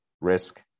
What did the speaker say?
risk